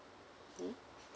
hmm